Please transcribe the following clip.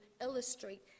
illustrate